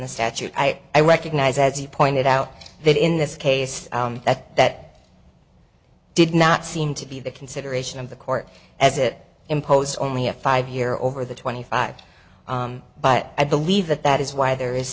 the statute i recognize as you pointed out that in this case that that did not seem to be the consideration of the court as it imposed only a five year over the twenty five but i believe that that is why there is